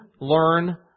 learn